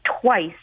twice